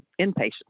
inpatient